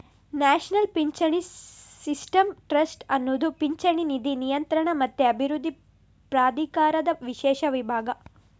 national ಪಿಂಚಣಿ system trust ಅನ್ನುದು ಪಿಂಚಣಿ ನಿಧಿ ನಿಯಂತ್ರಣ ಮತ್ತೆ ಅಭಿವೃದ್ಧಿ ಪ್ರಾಧಿಕಾರದ ವಿಶೇಷ ವಿಭಾಗ